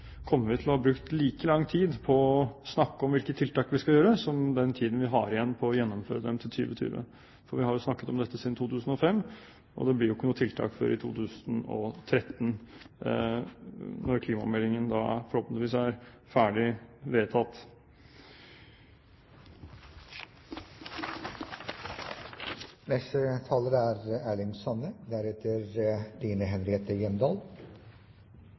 til å ha brukt like lang tid på å snakke om hvilke tiltak vi skal sette inn, som den tiden vi har igjen på å gjennomføre dem til 2020. For vi har snakket om dette siden 2005, og det blir ikke noe tiltak før i 2013, når klimameldingen forhåpentligvis er ferdig